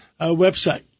website